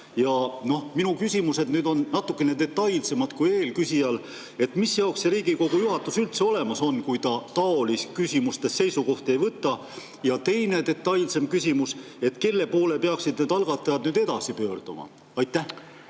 Minu küsimused on natukene detailsemad kui eelküsijal. Mille jaoks see Riigikogu juhatus üldse olemas on, kui ta taolistes küsimustes seisukohta ei võta? Teine, detailsem küsimus: kelle poole peaksid need algatajad nüüd edasi pöörduma? Hea